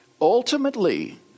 ultimately